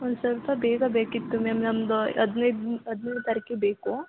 ಒಂದು ಸ್ವಲ್ಪ ಬೇಗ ಬೇಕಿತ್ತು ಮ್ಯಾಮ್ ನಮ್ದು ಹದಿನೈದು ಹದಿನೈದನೇ ತಾರೀಕಿಗೆ ಬೇಕು